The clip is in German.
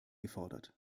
gefordert